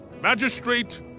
Magistrate